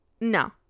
No